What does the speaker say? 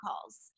calls